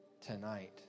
tonight